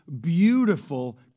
beautiful